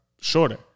shorter